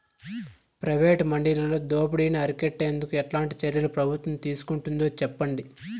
Private మండీలలో దోపిడీ ని అరికట్టేందుకు ఎట్లాంటి చర్యలు ప్రభుత్వం తీసుకుంటుందో చెప్పండి?